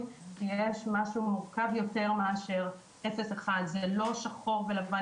שיש משהו מורכב יותר מאשר 0-1. זה לא שחור ולבן,